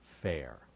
fair